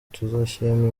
tuzashyiramo